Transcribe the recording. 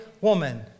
woman